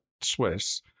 Swiss